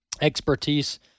expertise